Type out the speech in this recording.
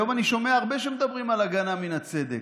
היום אני שומע שהרבה מדברים על הגנה מן הצדק,